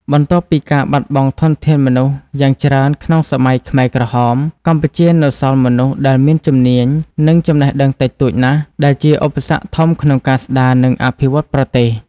បន្ទាប់ពីការបាត់បង់ធនធានមនុស្សយ៉ាងច្រើនក្នុងសម័យខ្មែរក្រហម កម្ពុជានៅសល់មនុស្សដែលមានជំនាញ និងចំណេះដឹងតិចតួចណាស់ ដែលជាឧបសគ្គធំក្នុងការស្ដារ និងអភិវឌ្ឍប្រទេស។